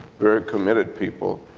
very committed people,